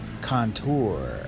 Contour